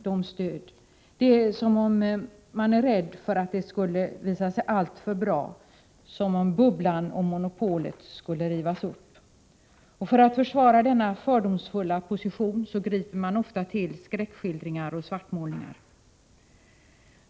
Det tycks som om de är rädda för att de skulle visa sig alltför bra, som om bubblan om monopolet skulle rivas upp. För att försvara denna fördomsfulla position griper socialdemokraterna ofta till skräckskildringar och svartmålningar.